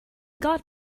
got